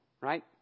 right